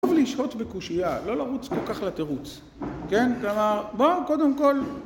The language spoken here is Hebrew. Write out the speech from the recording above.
טוב לשהות בקושייה, לא לרוץ כל כך לתירוץ, כן, כלומר, בואו קודם כל